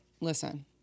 listen